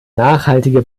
nachhaltige